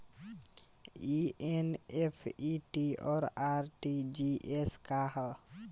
ई एन.ई.एफ.टी और आर.टी.जी.एस का ह?